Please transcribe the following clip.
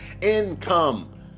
income